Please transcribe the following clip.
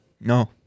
No